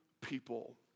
people